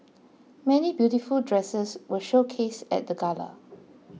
many beautiful dresses were showcased at the gala